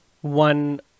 one